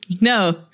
no